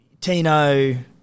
Tino